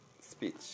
speech